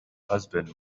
husband